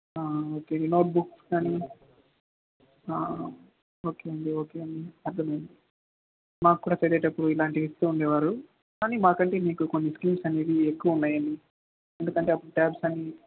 okay ఈ notebooks కానీ okay అండి ఓకే అండి అర్థమయ్యింది మాకు కూడా వెళ్ళేటప్పుడు ఇలాంటివి ఇస్తూ ఉండేవారు కానీ మాకంటే మీకు కొన్ని స్కిల్స్ అనేవి ఎక్కువ ఉన్నాయి ఎందుకంటే అప్పుడు ట్యాబ్స్